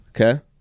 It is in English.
Okay